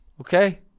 Okay